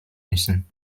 müssen